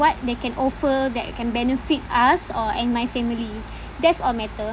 what they can offer that can benefit us or and my family that's all matter